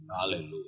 Hallelujah